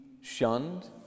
shunned